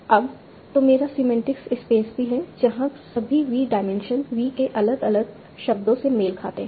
अब तो मेरा सीमेन्टिक्स स्पेस भी है जहाँ सभी V डायमेंशन V के अलग अलग शब्दों से मेल खाते हैं